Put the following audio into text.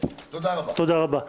תודה רבה.